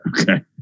Okay